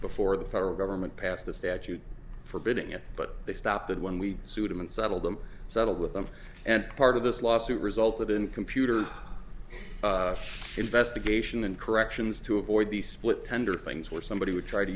before the federal government passed the statute forbidding it but they stopped that when we sued them and settled them settled with them and part of this lawsuit resulted in computer investigation and corrections to avoid the split tender things where somebody would try to